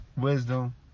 wisdom